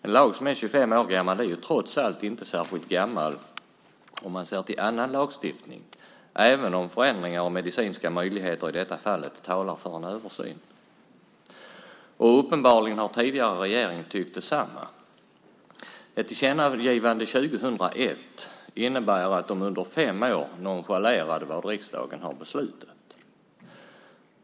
En lag som är 25 år gammal är ju trots allt inte särskilt gammal om man ser till annan lagstiftning, även om förändringar och medicinska möjligheter i detta fall talar för en översyn. Uppenbarligen har tidigare regering tyckt detsamma. Ett tillkännagivande 2001 innebar att de under fem år nonchalerade vad riksdagen beslutat.